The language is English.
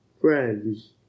friends